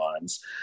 lines